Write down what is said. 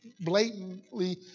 blatantly